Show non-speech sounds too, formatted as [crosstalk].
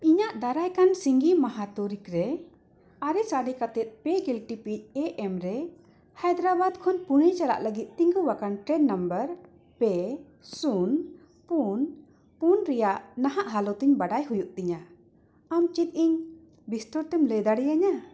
ᱤᱧᱟᱹᱜ ᱫᱟᱨᱟᱭ ᱠᱟᱱ ᱥᱤᱸᱜᱮ ᱢᱟᱦᱟ ᱛᱟᱹᱨᱤᱠᱷ ᱨᱮ ᱟᱨᱮ ᱥᱟᱫᱮ ᱠᱟᱛᱮᱫ [unintelligible] ᱮ ᱮᱢ ᱨᱮ ᱦᱟᱭᱫᱨᱟᱵᱟᱫᱽ ᱠᱷᱚᱱ ᱯᱩᱱᱮ ᱪᱟᱞᱟᱜ ᱞᱟᱹᱜᱤᱫ ᱛᱤᱸᱜᱩ ᱟᱠᱟᱱ ᱴᱨᱮᱹᱱ ᱱᱟᱢᱵᱟᱨ ᱯᱮ ᱥᱩᱱ ᱯᱩᱱ ᱨᱮᱭᱟᱜ ᱱᱟᱦᱟᱜ ᱦᱟᱞᱚᱛ ᱤᱧ ᱵᱟᱰᱟᱭ ᱦᱩᱭᱩᱜ ᱛᱤᱧᱟ ᱟᱢ ᱪᱮᱫ ᱤᱧ ᱵᱤᱥᱛᱟᱨ ᱛᱮᱢ ᱞᱟᱹᱭ ᱫᱟᱲᱮ ᱤᱧᱟ